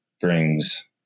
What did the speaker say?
brings